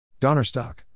Donnerstock